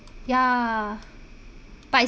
ya but is